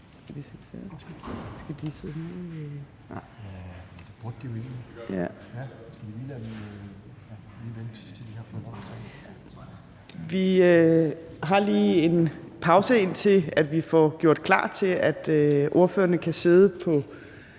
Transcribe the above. Vi har lige en pause, indtil vi får gjort klar til, at ordførerne kan sidde på